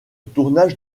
tournage